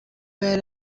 yari